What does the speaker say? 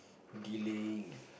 delaying